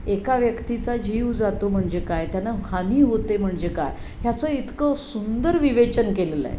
एका व्यक्तीचा जीव जातो म्हणजे काय त्यांना हानी होते म्हणजे काय ह्याचं इतकं सुंदर विवेचन केलेलं आहे